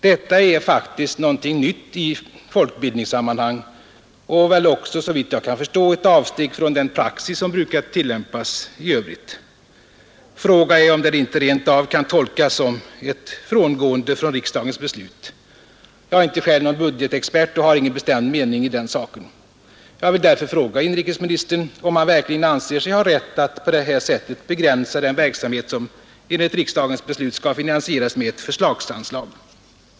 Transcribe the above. Detta är faktiskt något nytt i folkbildningssammanhang och det är också såvitt jag kan förstå ett avsteg från den praxis som brukar tillämpas i övrigt. Fråga är om det inte rent av kan tolkas som ett frångående av riksdagens beslut. Jag är inte själv någon budgetexpert och har ingen bestämd uppfattning i saken. Jag vill därför fråga inrikesministern, om han verkligen anser sig ha rätt att på det här sättet begränsa den verksamhet som enligt riksdagens beslut skall finansieras med ett förslagsanslag.